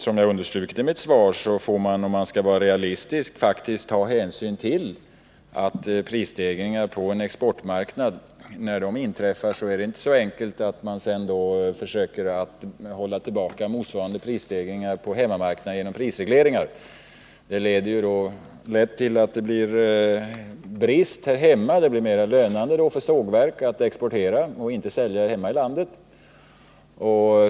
Som jag understrukit i mitt svar får man, om man skall vara realistisk, faktiskt ta hänsyn till att när prisstegringar inträffar på en exportmarknad är det inte så enkelt att försöka hålla tillbaka motsvarande prisstegringar på hemmamarknaden genom prisregleringar. Detta leder lätt till att det blir brist här hemma: det blir mera lönande för sågverk att exportera än att sälja här i landet.